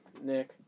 Nick